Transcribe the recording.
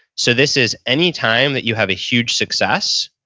so, this is any time that you have a huge success,